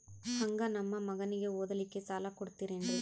ಹಂಗ ನಮ್ಮ ಮಗನಿಗೆ ಓದಲಿಕ್ಕೆ ಸಾಲ ಕೊಡ್ತಿರೇನ್ರಿ?